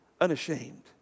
unashamed